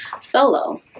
solo